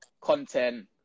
content